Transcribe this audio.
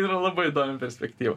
yra labai įdomi perspektyva